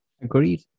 Agreed